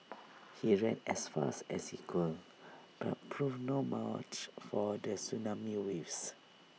he ran as fast as he could but proved no match for the tsunami waves